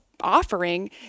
offering